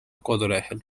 kodulehel